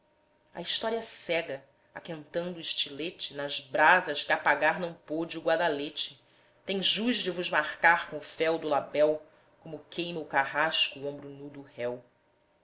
a história cega aquentando o estilete nas brasas que apagar não pôde o guadalete tem jus de vos marcar com o ferro do labéu como queima o carrasco o ombro nu do réu